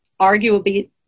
arguably